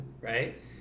right